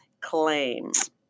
claims